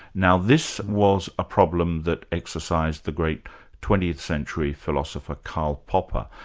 now this was a problem that exercised the great twentieth century philosopher, karl popper.